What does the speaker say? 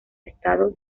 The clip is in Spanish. estado